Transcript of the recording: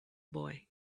boy